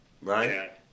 Right